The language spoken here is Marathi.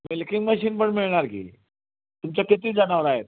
मिल्कींग मशीन पण मिळणार की तुमच्या किती जनावरं आहेत